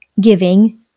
giving